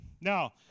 Now